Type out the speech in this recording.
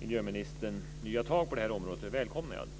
miljöministern nya tag på det här området. Det välkomnar jag.